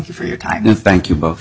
you for your time and thank you both